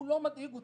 לא מדאיג אותי.